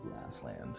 grassland